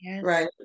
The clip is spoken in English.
right